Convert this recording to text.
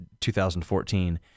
2014